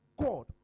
God